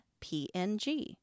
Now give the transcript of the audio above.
PNG